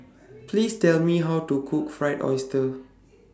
Please Tell Me How to Cook Fried Oyster